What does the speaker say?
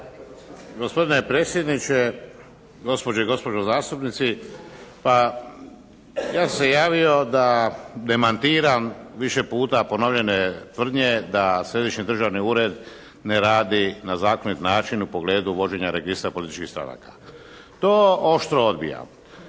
Gospodine predsjedniče, gospođe i gospodo zastupnici! Pa, ja sam se javio da demantiram više puta ponovljene tvrdnje da Središnji državni ured ne radi na zakonit način u pogledu vođenja Registra političkih stranaka. To oštro odbijam.